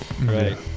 right